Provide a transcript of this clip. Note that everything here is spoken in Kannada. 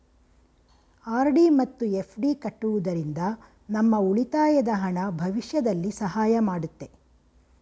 ಆರ್.ಡಿ ಮತ್ತು ಎಫ್.ಡಿ ಕಟ್ಟುವುದರಿಂದ ನಮ್ಮ ಉಳಿತಾಯದ ಹಣ ಭವಿಷ್ಯದಲ್ಲಿ ಸಹಾಯ ಮಾಡುತ್ತೆ